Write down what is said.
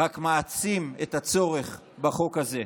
רק מעצים את הצורך בחוק הזה.